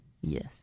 Yes